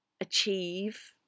achieve